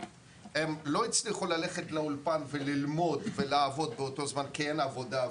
הם לא הצליחו ללכת לאולפן ללמוד ולעבוד בו זמנית כי אין עבודה,